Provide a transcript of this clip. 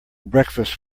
breakfast